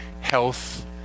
health